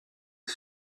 est